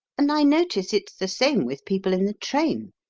and i notice it's the same with people in the train.